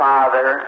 Father